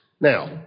Now